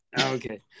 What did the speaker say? Okay